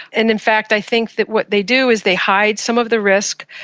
and in fact i think that what they do is they hide some of the risk.